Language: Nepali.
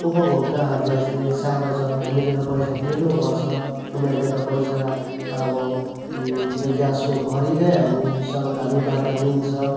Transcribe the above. उपभोक्ताहरलाई चाहिँ साह्रो छ हामीले त पैसा तिर्नु पर्छ उनीहरूले त पैसा अब त्यो ग्यासको भरीकै हामीसँग हामीबाट लिन्छ